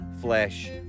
flesh